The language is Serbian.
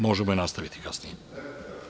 Možemo i nastaviti kasnije.